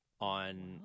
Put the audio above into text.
on